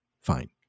Fine